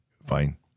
fine